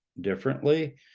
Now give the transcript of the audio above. Differently